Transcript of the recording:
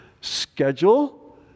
schedule